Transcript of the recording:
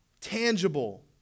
Tangible